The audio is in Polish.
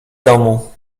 domu